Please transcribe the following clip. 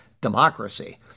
democracy